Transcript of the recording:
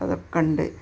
ഇതൊക്കെ ഉണ്ട്